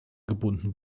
gebunden